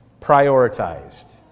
prioritized